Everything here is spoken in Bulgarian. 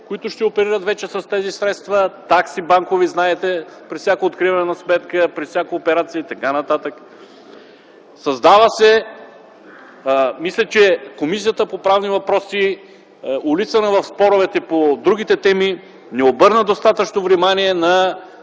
които ще оперират с тези средства. Знаете, че има банкови такси при всяко откриване на сметка, при всяка операция и така нататък. Мисля, че Комисията по правни въпроси, улисана в споровете по другите теми, не обърна достатъчно внимание на